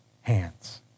hands